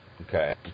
Okay